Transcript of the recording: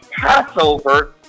Passover